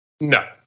No